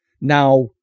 Now